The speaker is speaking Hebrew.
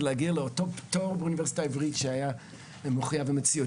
להגיע לאותו פטור באוניברסיטה העברית שהיה מחויב המציאות.